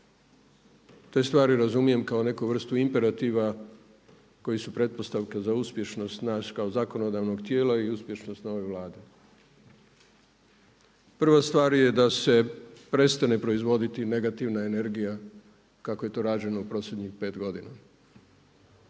Te stvari razumijem kao neku vrstu imperativa koji su pretpostavka za uspješnost nas kao zakonodavnog tijela i uspješnost nove Vlade. Prva stvar je da se prestane proizvoditi negativna energija kako je to rađeno u posljednjih pet godina.